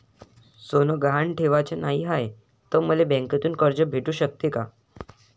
सोनं गहान ठेवाच नाही हाय, त मले बँकेतून कर्ज भेटू शकते का?